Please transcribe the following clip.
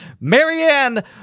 Marianne